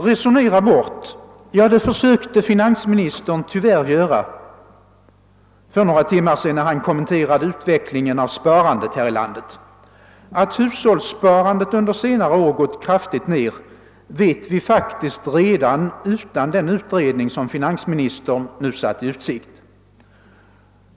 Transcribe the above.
Resonera bort — ja, det försökte finansministern tyvärr göra för några timmar sedan när han kommenterade utvecklingen av sparandet här i landet. Att hushållssparandet under senare år gått ned kraftigt vet vi faktiskt redan utan den utredning som finansministern nu ställt i utsikt.